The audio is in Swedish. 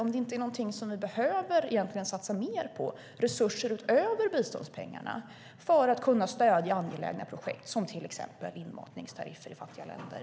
Är inte det någonting som vi behöver satsa mer på, resurser utöver biståndspengarna, för att kunna stödja angelägna projekt, som till exempel inmatningstariffer i fattiga länder?